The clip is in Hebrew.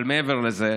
אבל מעבר לזה,